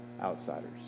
outsiders